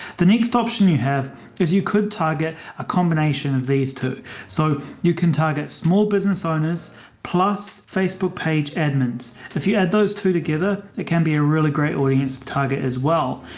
the next option you have is you could target a combination of these two so you can target small business owners plus facebook page edmond's. if you add those two together, it can be a really great audience target as well.